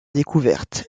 découverte